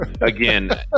Again